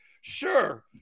sure